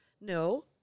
No